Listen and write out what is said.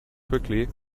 quickly